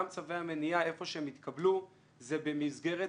גם צווי המניעה איפה שהם התקבלו זה במסגרת